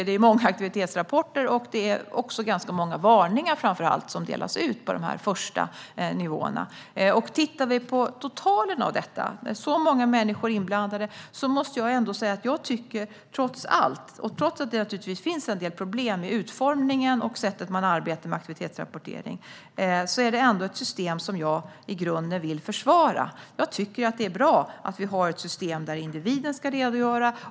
Det blir många aktivitetsrapporter, och många varningar delas ut under de första nivåerna. Ser man på totalen av detta, med så många människor som är inblandade, vill jag i grunden ändå försvara det här, trots att det finns en del problem med utformningen och själva arbetssättet för aktivitetsrapporteringen. Det är bra att vi har ett system där individen ska redogöra.